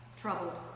troubled